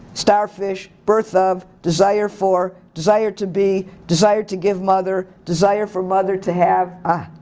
starfish, birth of, desire for, desire to be, desire to give mother, desire for mother to have.